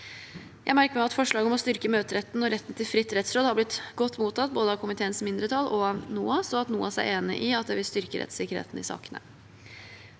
Jeg merker meg at forslaget om å styrke møteretten og retten til fritt rettsråd har blitt godt mottatt både av komiteens mindretall og av NOAS, og at NOAS er enig i at det vil styrke rettssikkerheten i sakene.